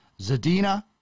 Zadina